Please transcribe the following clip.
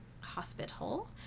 hospital